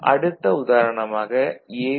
அடுத்த உதாரணமாக A